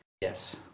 Yes